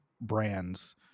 brands